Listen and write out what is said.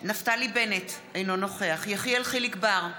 נפתלי בנט, אינו נוכח יחיאל חיליק בר,